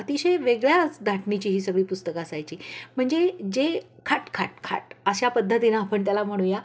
अतिशय वेगळ्याच धाटणीची ही सगळी पुस्तकं असायची म्हणजे जे खाट खाट खाट अशा पद्धतीनं आपण त्याला म्हणूया